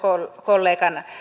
kollegan